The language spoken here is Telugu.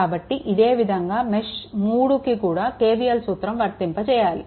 కాబట్టి ఇదేవిధంగా మెష్3కి కూడా KVL సూత్రం వర్తింపజేయాలి